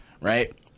right